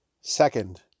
Second